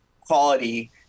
quality